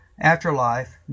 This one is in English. afterlife